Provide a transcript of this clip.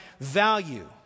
value